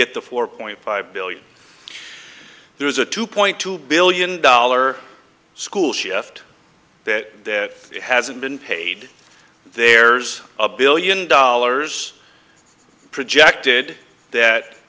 get the four point five billion there is a two point two billion dollar school shift that hasn't been paid there's a billion dollars projected